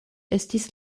estis